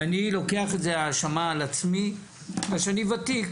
אני לוקח את האשמה על עצמי בגלל שאני ותיק.